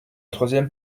troisième